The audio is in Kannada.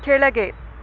ಕೆಳಗೆ